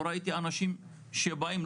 לא ראיתי אנשים שבאים,